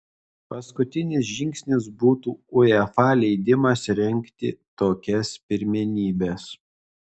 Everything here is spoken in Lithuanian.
paskutinis žingsnis būtų uefa leidimas rengti tokias pirmenybes